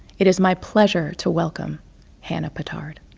it is my pleasure to welcome hannah pittard.